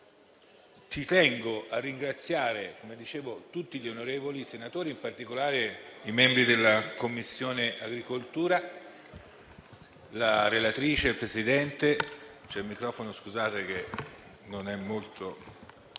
Ci tengo a ringraziare - come dicevo - tutti gli onorevoli senatori, in particolare i membri della Commissione agricoltura, la relatrice e il Presidente.